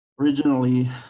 Originally